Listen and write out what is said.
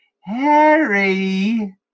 Harry